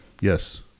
yes